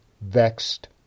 vexed